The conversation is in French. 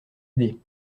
idée